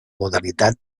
modalitat